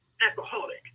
alcoholic